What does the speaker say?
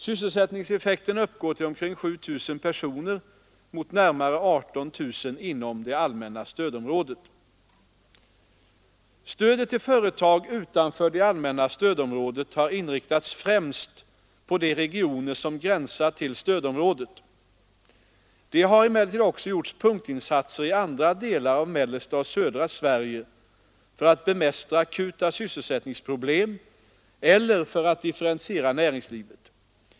Sysselsättningseffekten uppgår till omkring 7 000 personer mot närmare 18 000 inom det allmänna stödområdet. Stödet till företag utanför det allmänna stödområdet har inriktats främst på de regioner som gränsar till stödområdet. Det har emellertid också gjorts punktinsatser i andra delar av mellersta och södra Sverige för att bemästra akuta sysselsättningsproblem eller för att differentiera näringslivet.